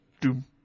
doom